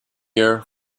year